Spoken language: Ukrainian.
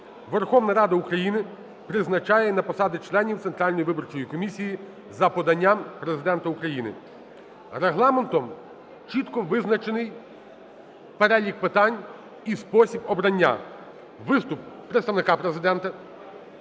Верховна Рада України призначає на посади членів Центральної виборчої комісії за поданням Президента України. Регламентом чітко визначений перелік питань і спосіб обрання: виступ представника Президента,